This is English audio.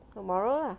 tomorrow lah